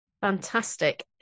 fantastic